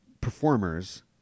performers